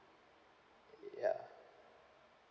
ya